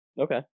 Okay